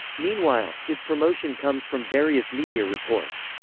meanwhile, his promotion comes from various media reports.